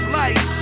life